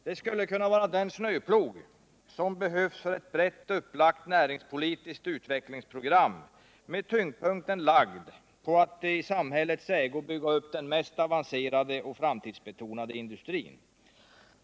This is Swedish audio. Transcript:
Det skulle kunna vara den snöplog som behövs för ett brett upplagt näringspolitiskt utvecklingsprogram med tyngdpunkten lagd på att i samhällets ägo bygga upp den mest avancerade och framtidsbetonade industrin.